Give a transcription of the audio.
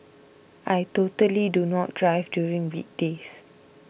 I totally do not drive during weekdays